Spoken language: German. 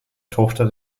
tochter